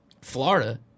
Florida